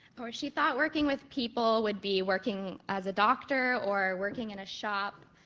or she thought working with people would be working as a doctor or working in a shop,